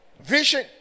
Vision